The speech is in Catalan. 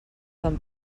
fan